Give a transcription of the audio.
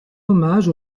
hommage